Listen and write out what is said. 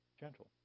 gentle